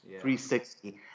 360